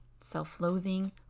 self-loathing